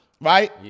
right